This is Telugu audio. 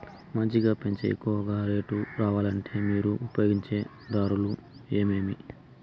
మంచిగా పెంచే ఎక్కువగా రేటు రావాలంటే మీరు ఉపయోగించే దారులు ఎమిమీ?